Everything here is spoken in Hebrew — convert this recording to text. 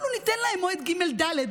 אנחנו ניתן להם מועד ג' וד'.